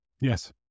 Yes